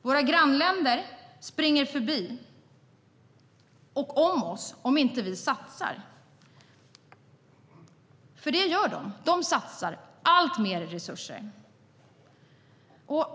Våra grannländer springer förbi och om oss om vi inte satsar. De gör det. De satsar alltmer resurser.